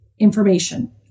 information